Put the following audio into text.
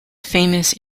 famous